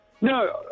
No